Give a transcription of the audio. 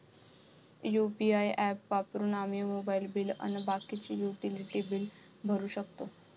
UPI app वापरून आम्ही mobile bill अन बाकीचे युटिलिटी बिल भरू शकतो